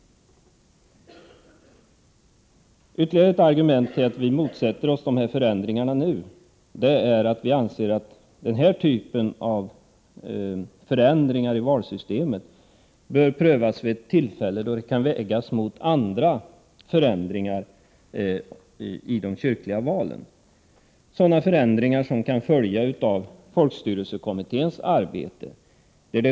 Ytterligare en anledning till att vi nu motsätter oss de föreslagna förändringarna är att vi anser att denna typ av förändringar i valsystemet bör prövas vid ett tillfälle då de kan vägas mot andra förändringar i de kyrkliga valen. Sådana förändringar kan t.ex. följa av folkstyrelsekommitténs arbete.